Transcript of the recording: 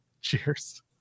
Cheers